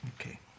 Okay